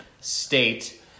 state